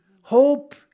hope